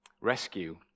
Rescue